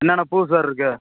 என்னென்ன பூ சார் இருக்குது